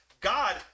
God